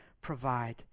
provide